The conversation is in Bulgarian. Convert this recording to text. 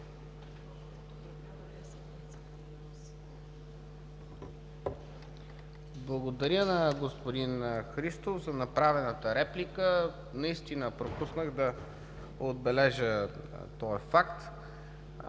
Благодаря на господин Христов за направената реплика. Пропуснах наистина да отбележа този факт.